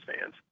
fans